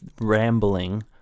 rambling